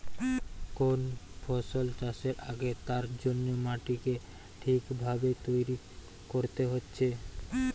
কোন ফসল চাষের আগে তার জন্যে মাটিকে ঠিক ভাবে তৈরী কোরতে হচ্ছে